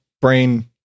Brain